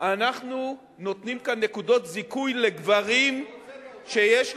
אנחנו נותנים כאן נקודות זיכוי לגברים שיש להם,